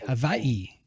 Hawaii